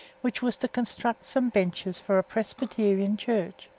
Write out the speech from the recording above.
which was to construct some benches for a presbyterian church.